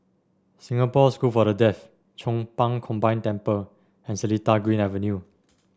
Singapore School for the Deaf Chong Pang Combined Temple and Seletar Green Avenue